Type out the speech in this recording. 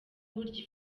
buryo